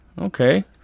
Okay